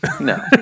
No